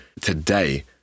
today